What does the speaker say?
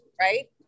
Right